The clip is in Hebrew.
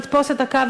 לתפוס את הקו,